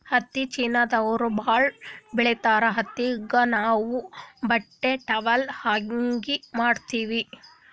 ಹತ್ತಿ ಚೀನಾದವ್ರು ಭಾಳ್ ಬೆಳಿತಾರ್ ಹತ್ತಿದಾಗ್ ನಾವ್ ಬಟ್ಟಿ ಟಾವೆಲ್ ಅಂಗಿ ಮಾಡತ್ತಿವಿ